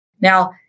Now